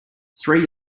three